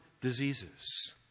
Diseases